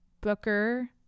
Booker